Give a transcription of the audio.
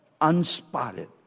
unspotted